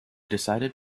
decided